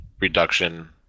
reduction